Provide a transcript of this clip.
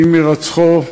עם הירצחו,